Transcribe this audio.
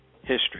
history